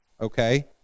Okay